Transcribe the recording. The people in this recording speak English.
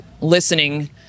listening